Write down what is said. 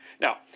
Now